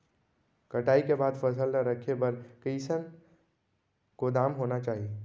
कटाई के बाद फसल ला रखे बर कईसन गोदाम होना चाही?